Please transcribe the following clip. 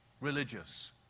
Religious